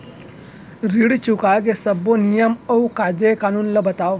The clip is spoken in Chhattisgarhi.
ऋण चुकाए के सब्बो नियम अऊ कायदे कानून ला बतावव